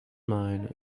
mine